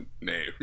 name